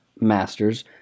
Masters